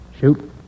Shoot